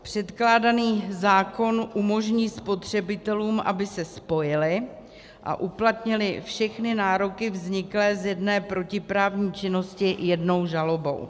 Předkládaný zákon umožní spotřebitelům, aby se spojili a uplatnili všechny nároky vzniklé z jedné protiprávní činnosti jednou žalobou.